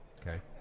okay